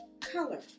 Color